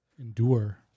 endure